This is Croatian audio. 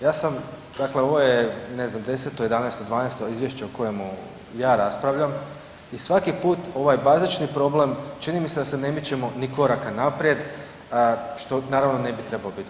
Ja sam, dakle ovo je ne znam 10, 11, 12 izvješće o kojemu ja raspravljam i svaki put ovaj bazični problem čini me se da se ne mičemo ni koraka naprijed što naravno ne bi trebao biti slučaj.